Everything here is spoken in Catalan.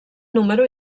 número